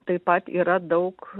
taip pat yra daug